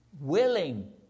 Willing